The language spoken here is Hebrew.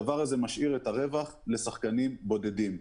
הדבר הזה משאיר את הרווח לשחקנים בודדים.